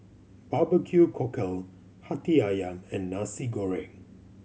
barbecue cockle Hati Ayam and Nasi Goreng